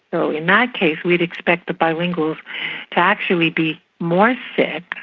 so in that case we would expect that bilinguals to actually be more sick,